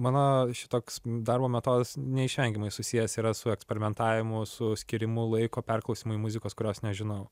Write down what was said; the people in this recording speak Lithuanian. mano šitoks darbo metodas neišvengiamai susijęs yra su eksperimentavimu su skiriamu laiko perklausymui muzikos kurios nežinau